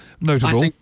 notable